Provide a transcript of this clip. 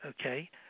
okay